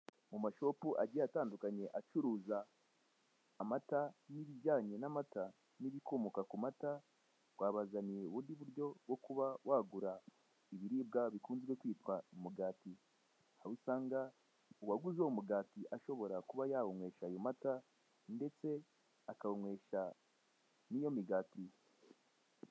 Mu mashopu agiye atandukanye acuruza amata n'ibijyanye n'amata n'ibikomoka ku mata, twabazaniye ubundi buryo bwo kuba wagura ibiribwa bikunze kwitwa umugati, aho usanga uwaguze uwo mugati ashobora kuba yawunywesha ayo mata ndetse akawunywesha n'iyo migati.